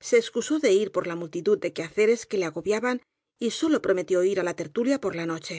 se excusó de ir por la multitud de quehaceres que le agobiaban y sólo prometió ii á la tertulia por la noche